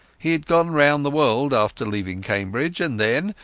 he had gone round the world after leaving cambridge, and then,